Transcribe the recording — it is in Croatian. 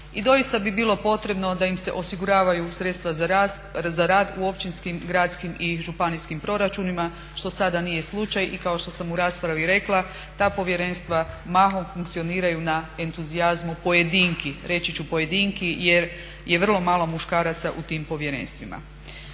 I doista bi bilo potrebno da im se osiguravaju sredstva za rad u općinskim, gradskim i županijskim proračunima što sada nije slučaj. I kao što sam u raspravi rekla ta povjerenstva mahom funkcioniraju na entuzijazmu pojedinki, reći ću pojedinki jer je vrlo malo muškaraca u tim povjerenstvima.